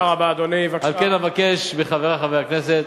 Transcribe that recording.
על כן אבקש מחברי חברי הכנסת